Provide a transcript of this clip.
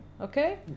okay